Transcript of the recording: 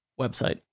website